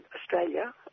Australia